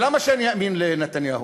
למה שאני אאמין לנתניהו?